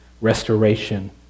restoration